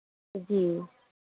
जी